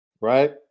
right